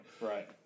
Right